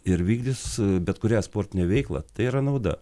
ir vykdys bet kurią sportinę veiklą tai yra nauda